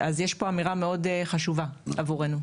יש כאן אמירה מאוד חשובה עבורנו.